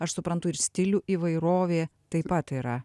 aš suprantu ir stilių įvairovė taip pat yra